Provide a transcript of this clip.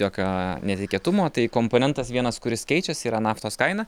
jokio netikėtumo tai komponentas vienas kuris keičiasi yra naftos kaina